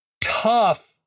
Tough